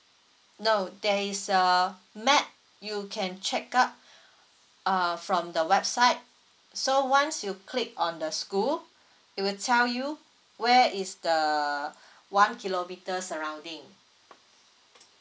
no there is a map you can check out uh from the website so once you click on the school it will tell you where is the uh one kilometere surrounding